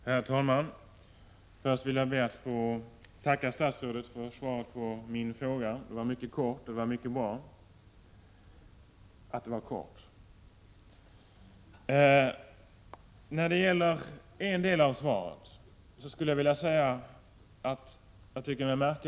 Herr talman! Först vill jag be att få tacka statsrådet för svaret på min fråga. Svaret var mycket kort — och det var bra att det var kort. När det gäller en del av svaret tycker jag mig märka att Bengt K.